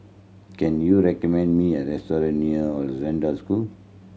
can you recommend me a restaurant near Hollandse School